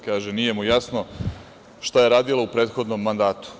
Kaže, nije mu jasno šta je radila u prethodnom mandatu.